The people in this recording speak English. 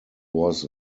was